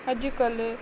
अॼुकल्ह